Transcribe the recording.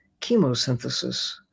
chemosynthesis